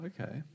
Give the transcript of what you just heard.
okay